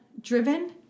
driven